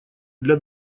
для